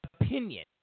opinion